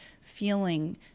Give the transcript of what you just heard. feeling